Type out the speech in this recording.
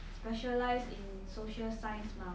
specialize in social science mah